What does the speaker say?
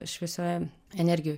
šviesioj energijoj